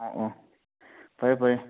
ꯑꯣ ꯐꯔꯦ ꯐꯔꯦ